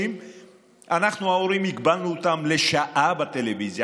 אנחנו ההורים הגבלנו אותם לשעה בטלוויזיה,